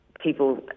people